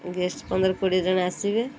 guest ପନ୍ଦର କୋଡ଼ିଏ ଜଣ ଆସିବେ